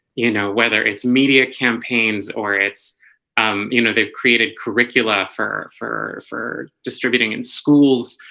you know, whether it's media campaigns or it's um you know, they've created curricula for for for distributing in schools